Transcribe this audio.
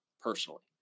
personally